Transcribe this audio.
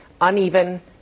Uneven